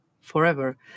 forever